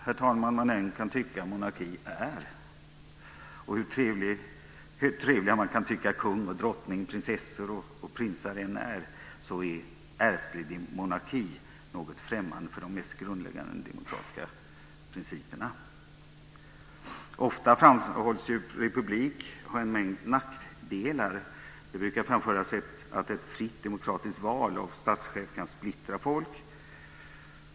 Hur trevlig man än kan tycka att monarkin är, och hur trevliga man kan tycka att kung, drottning, prinsar och prinsessor än är, är ärftlig monarki något främmande för de mest grundläggande demokratiska principerna. Ofta framhålls att republik skulle ha en mängd nackdelar. Det brukar framföras att ett fritt, demokratiskt val av statschef kan splittra folk.